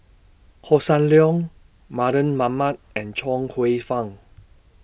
Hossan Leong Mardan Mamat and Chuang Hsueh Fang